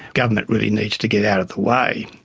government really needs to get out of the way.